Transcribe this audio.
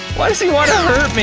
why does he wanna hurt